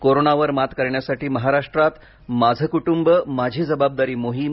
कोरोनावर मात करण्यासाठी महाराष्ट्रात माझे कुटुंब माझी जबाबदारी मोहीम